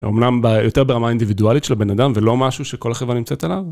אמנם יותר ברמה האינדיבידואלית של הבן אדם ולא משהו שכל החברה נמצאת עליו.